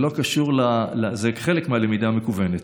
זה חלק מהלמידה המקוונת.